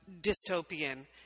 dystopian